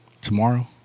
Tomorrow